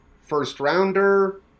first-rounder